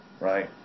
right